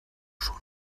schon